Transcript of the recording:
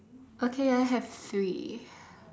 okay I have three